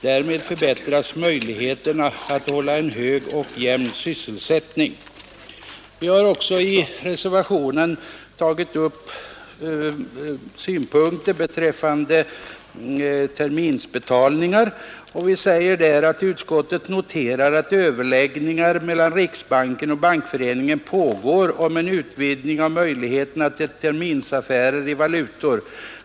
Därmed förbättras möjligheterna att hålla en hög och jämn sysselsättning.” Vi reservanter har också anfört några synpunkter beträffande terminsbetalningar: ”Utskottet noterar att överläggningar mellan riksbanken och Bankföreningen pågår om en utvidgning av möjligheterna till terminsaffärer i valutor.